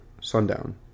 Sundown